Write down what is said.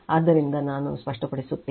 ಆದ್ದರಿಂದ ನಾನು ಸ್ಪಷ್ಟಪಡಿಸುತ್ತೇನೆ